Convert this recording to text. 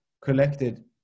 collected